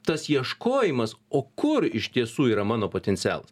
tas ieškojimas o kur iš tiesų yra mano potencialas